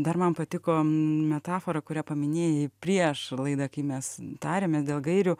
dar man patiko metafora kuria paminėjai prieš laidą kai mes tarėmės dėl gairių